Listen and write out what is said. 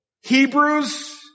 Hebrews